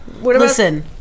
Listen